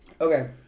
Okay